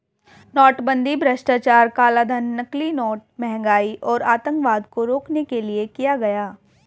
नोटबंदी भ्रष्टाचार, कालाधन, नकली नोट, महंगाई और आतंकवाद को रोकने के लिए किया गया